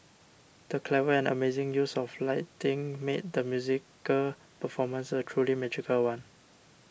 the clever and amazing use of lighting made the musical performance a truly magical one